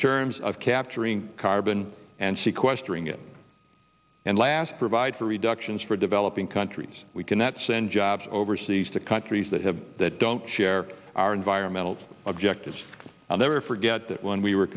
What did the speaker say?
terms of capturing carbon and she questioning it and last provide for reductions for developing countries we can that send jobs overseas to countries that have that don't share our environmental objectives i'll never forget that when we were